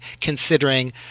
considering